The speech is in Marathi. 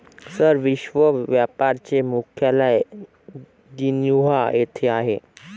सर, विश्व व्यापार चे मुख्यालय जिनिव्हा येथे आहे